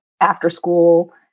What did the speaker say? after-school